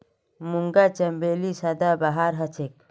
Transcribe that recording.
मूंगा चमेली सदाबहार हछेक